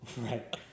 right